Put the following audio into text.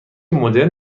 مدرن